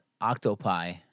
octopi